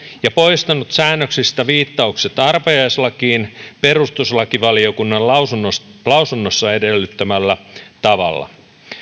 ja poistanut säännöksistä viittaukset arpajaislakiin perustuslakivaliokunnan lausunnossa lausunnossa edellyttämällä tavalla